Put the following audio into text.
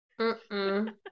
Mm-mm